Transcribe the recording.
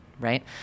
Right